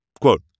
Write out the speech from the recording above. Quote